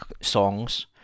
songs